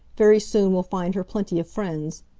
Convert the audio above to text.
very soon we'll find her plenty of friends.